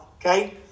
Okay